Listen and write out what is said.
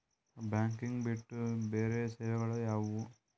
Banking ಬಿಟ್ಟು ಬೇರೆ ಸೇವೆಗಳು ಯಾವುವು?